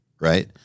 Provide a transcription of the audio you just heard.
right